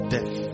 Death